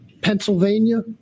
Pennsylvania